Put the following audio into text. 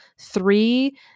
three